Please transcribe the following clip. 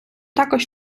також